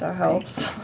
ah helps.